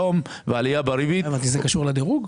זה קשור לדירוג?